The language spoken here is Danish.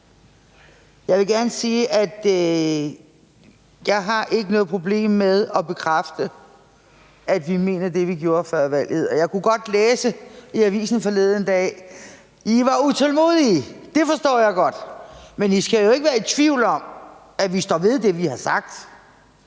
Jeg vil gerne sige, at jeg ikke har noget problem med at bekræfte, at vi mener det, vi gjorde før valget. Og jeg kunne godt læse i avisen forleden dag, at I var utålmodige. Det forstår jeg godt, men I skal jo ikke være i tvivl om, at vi står ved det, vi har sagt.